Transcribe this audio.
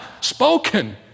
spoken